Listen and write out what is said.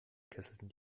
kesselten